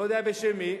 לא יודע בשם מי.